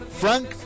Frank